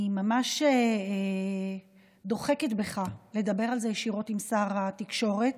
אני ממש דוחקת בך לדבר על זה ישירות עם שר התקשורת.